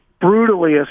brutally